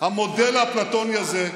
המודל האפלטוני הזה,